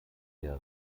der